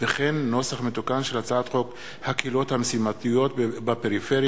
וכן נוסח מתוקן של הצעת חוק הקהילות המשימתיות בפריפריה,